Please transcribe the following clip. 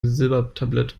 silbertablett